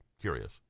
curious